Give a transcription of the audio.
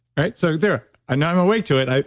right? so there ah now i'm awake to it.